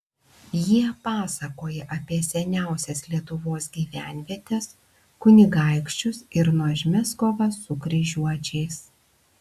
jie pasakoja apie seniausias lietuvos gyvenvietes kunigaikščius ir nuožmias kovas su kryžiuočiais